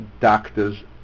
doctors